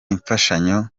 imfashanyo